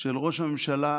של ראש הממשלה,